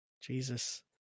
Jesus